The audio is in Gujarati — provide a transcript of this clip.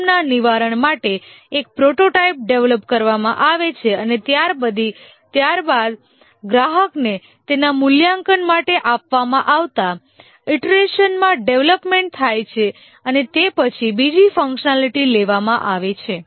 જોખમના નિવારણ માટે એક પ્રોટોટાઇપ ડેવલપ કરવામાં આવે છે અને ત્યારબાદ ગ્રાહકને તેના મૂલ્યાંકન માટે આપવામાં આવતા ઇટરેશનમાં ડેવલપમેન્ટ થાય છે અને તે પછી બીજી ફંકશનાલિટી લેવામાં આવે છે